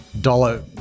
Dollar